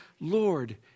Lord